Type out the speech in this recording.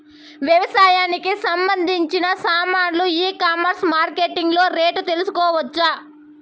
వ్యవసాయానికి సంబంధించిన సామాన్లు ఈ కామర్స్ మార్కెటింగ్ లో రేట్లు తెలుసుకోవచ్చా?